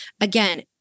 Again